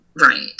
right